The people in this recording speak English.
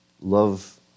Love